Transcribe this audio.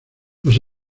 los